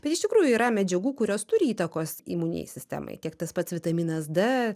bet iš tikrųjų yra medžiagų kurios turi įtakos imuninei sistemai tiek tas pats vitaminas d